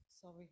sorry